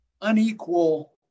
unequal